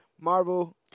Marvel